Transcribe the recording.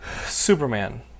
Superman